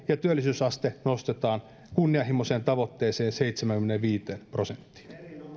ja työllisyysaste nostetaan kunnianhimoiseen tavoitteeseen seitsemäänkymmeneenviiteen prosenttiin